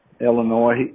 Illinois